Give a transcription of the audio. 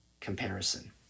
comparison